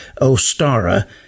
Ostara